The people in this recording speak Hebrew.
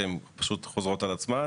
שפשוט חוזרות על עצמן,